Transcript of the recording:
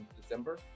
December